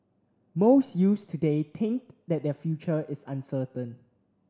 most youths today think that their future is uncertain